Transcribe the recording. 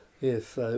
Yes